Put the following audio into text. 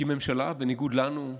כי בניגוד לנו,